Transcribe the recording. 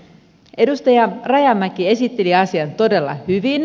edustaja rajamäki esitteli asian todella hyvin